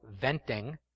venting